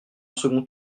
second